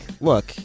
look